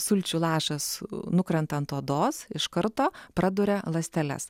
sulčių lašas nukrenta ant odos iš karto praduria ląsteles